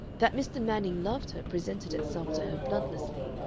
that mr. manning loved her presented itself to her bloodlessly,